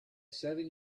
seven